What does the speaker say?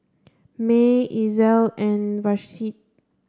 May Ezell and Vashti